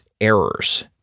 errors